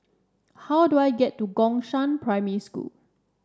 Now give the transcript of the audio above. how do I get to Gongshang Primary School